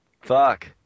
fuck